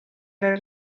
era